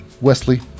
wesley